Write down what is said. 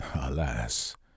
Alas